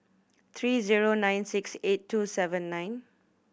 three zero nine six eight two seven nine